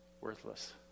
worthless